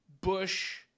Bush